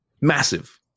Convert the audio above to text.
Massive